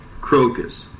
crocus